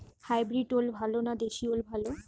Hybrid ওল ভালো না দেশী ওল ভাল?